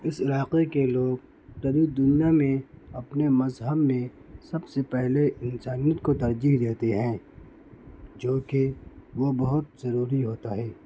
اس علاقے کے لوگ جدید دنیا میں اپنے مذہب میں سب سے پہلے انسانیت کو ترجیح دیتے ہیں جو کہ وہ بہت ضروری ہوتا ہے